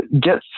get